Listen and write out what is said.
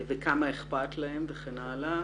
הוא הסביר לי כמה אכפת להם וכן הלאה.